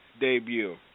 debut